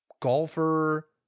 golfer